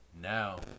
now